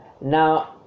Now